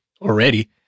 already